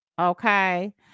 Okay